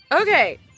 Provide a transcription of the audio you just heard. Okay